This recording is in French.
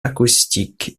acoustiques